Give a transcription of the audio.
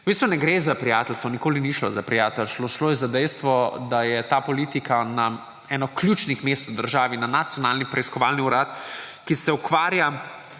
V bistvu ne gre za prijateljstvo, nikoli ni šlo za prijateljstvo. Šlo je za dejstvo, da je ta politika nam eno ključnih mest v državi na Nacionalni preiskovalni urad, ki se ukvarja